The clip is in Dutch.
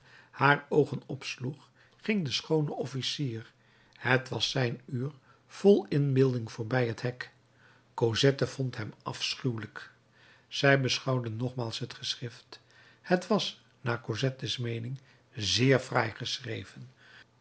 haar oogen opsloeg ging de schoone officier het was zijn uur vol inbeelding voorbij het hek cosette vond hem afschuwelijk zij beschouwde nogmaals het geschrift het was naar cosettes meening zeer fraai geschreven